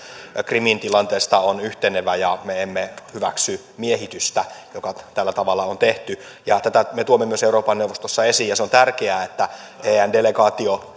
krimin tilanteesta on yhtenevä ja me emme hyväksy miehitystä joka tällä tavalla on tehty tätä me tuomme myös euroopan neuvostossa esiin ja se on tärkeää että en delegaatio